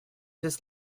this